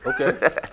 Okay